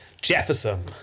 Jefferson